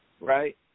right